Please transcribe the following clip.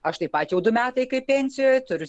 aš taip pat jau du metai kaip pensijoj turiu